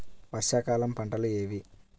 వర్షాకాలం పంటలు ఏవి?